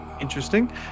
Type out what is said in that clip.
interesting